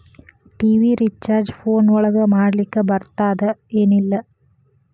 TV recharge phone ಒಳಗ ಮಾಡ್ಲಿಕ್ ಬರ್ತಾದ ಏನ್ ಇಲ್ಲ?